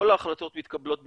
כל ההחלטות מתקבלות במשותף,